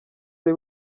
ari